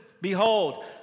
behold